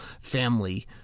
family